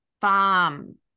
farm